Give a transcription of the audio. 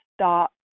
stop